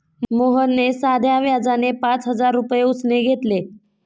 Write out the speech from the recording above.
मोहनने साध्या व्याजाने पाच हजार रुपये उसने घेतले